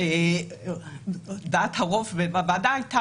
הרוב הייתה